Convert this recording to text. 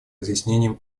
разъяснением